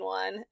one